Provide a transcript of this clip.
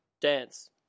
dance